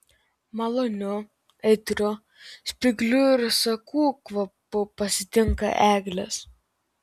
maloniu aitriu spyglių ir sakų kvapu pasitinka eglės